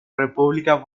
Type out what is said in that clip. república